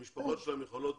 המשפחות שלהם יכולות